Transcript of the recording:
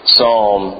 Psalm